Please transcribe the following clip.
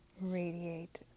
radiate